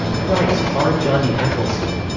price, r. johnny appleseed.